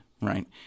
right